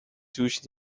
توش